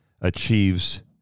achieves